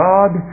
God